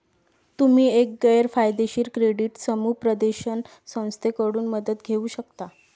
तुम्ही एक गैर फायदेशीर क्रेडिट समुपदेशन संस्थेकडून मदत घेऊ शकता